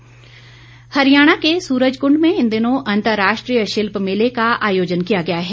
सुरजक ंड हरियाणा के सूरजकूंड में इन दिनों अंतर्राष्ट्रीय शिल्प मेले का आयोजन किया गया है